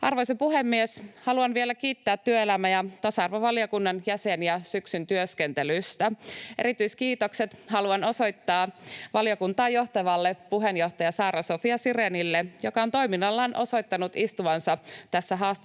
Arvoisa puhemies! Haluan vielä kiittää työelämä- ja tasa-arvovaliokunnan jäseniä syksyn työskentelystä. Erityiskiitokset haluan osoittaa valiokuntaa johtavalle puheenjohtaja Saara-Sofia Sirénille, joka on toiminnallaan osoittanut istuvansa tässä haastavassa